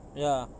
ya